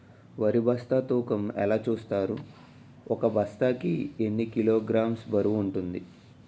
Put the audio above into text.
వరి బస్తా తూకం ఎలా చూస్తారు? ఒక బస్తా కి ఎన్ని కిలోగ్రామ్స్ బరువు వుంటుంది?